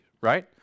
right